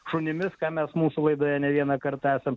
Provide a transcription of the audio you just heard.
šunimis ką mes mūsų laidoje ne vieną kartą esam